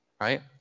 right